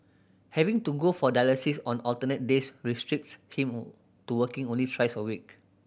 having to go for dialysis on alternate days restricts him to working only thrice a week